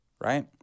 right